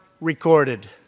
recorded